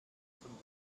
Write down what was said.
von